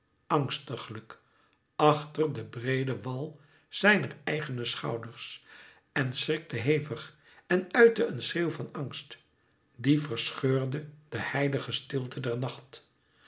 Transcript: angstiglijk achter den breeden wal zijner eigene schouders en schrikte hevig en uitte een schreeuw van angst die verscheurde de heilige stilte der nacht